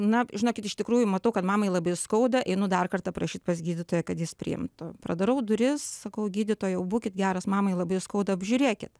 na žinokit iš tikrųjų matau kad mamai labai skauda einu dar kartą prašyt pas gydytoją kad jis priimtų pradarau duris sakau gydytojau būkit geras mamai labai skauda apžiūrėkit